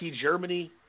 Germany